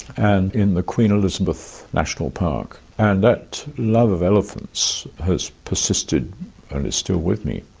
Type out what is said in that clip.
and in the queen elizabeth national park. and that love of elephants has persisted and is still with me.